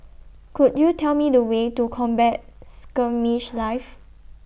Could YOU Tell Me The Way to Combat Skirmish Live